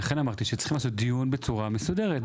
ואמרתי שצריך לעשות דיון בצורה מסודרת.